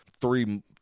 three